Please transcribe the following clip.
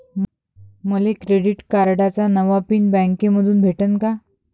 मले क्रेडिट कार्डाचा नवा पिन बँकेमंधून भेटन का?